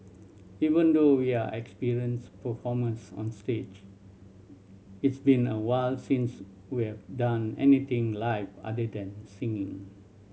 even though we are experienced performers on stage it's been a while since we have done anything live other than singing